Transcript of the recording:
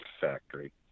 factory